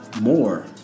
more